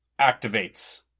activates